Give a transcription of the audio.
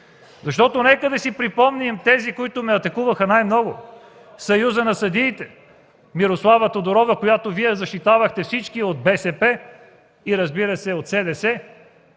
факти! Нека да си припомним тези, които ме атакуваха най-много: Съюзът на съдиите, Мирослава Тодорова, която Вие защитавахте – всички от БСП и от СДС!